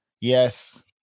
Yes